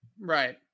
Right